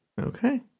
Okay